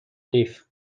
قیف